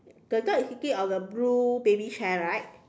the dog is sitting on the blue baby chair right